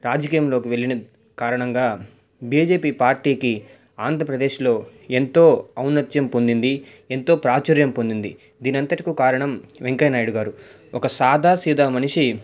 రాజకీయంలోకి వెళ్ళిన కారణంగా బీజేపి పార్టీకి ఆంధ్రప్రదేశ్లో ఎంతో ఔన్నత్యం పొందింది ఎంతో ప్రాచుర్యం పొందింది దీనంతటికీ కారణం వెంకయ్య నాయుడుగారు ఒక సాదాసీద మనిషి